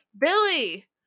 Billy